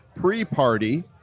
pre-party